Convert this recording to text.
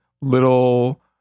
little